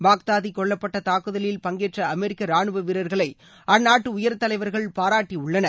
Baghdadi கொல்லப்பட்ட தாக்குதலில் பங்கேற்ற அமெரிக்க ரானுவ வீரர்களை அந்நாட்டு உயர் தலைவர்கள் பாராட்டியுள்ளனர்